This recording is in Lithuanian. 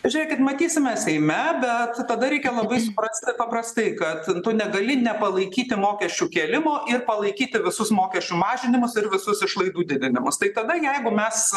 žiūrėkit matysime seime bet tada reikia labai suprasti paprastai kad tu negali nepalaikyti mokesčių kėlimo ir palaikyti visus mokesčių mažinimus ir visus išlaidų didinimus tai tada jeigu mes